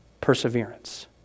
Perseverance